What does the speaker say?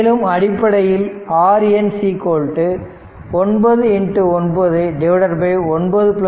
மேலும் அடிப்படையில் RN 99 99 இது 4